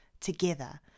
together